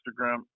Instagram